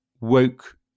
woke